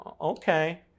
okay